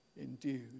endued